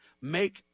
make